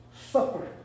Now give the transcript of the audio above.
suffer